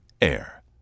air